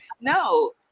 no